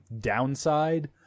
downside